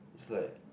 is like